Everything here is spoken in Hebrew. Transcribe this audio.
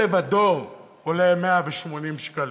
הוא לבדו עולה 180 שקלים.